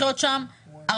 יש לכם כאן 4